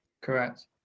correct